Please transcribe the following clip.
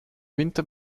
winter